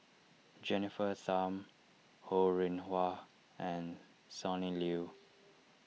Jennifer Tham Ho Rih Hwa and Sonny Liew